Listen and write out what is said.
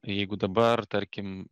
jeigu dabar tarkim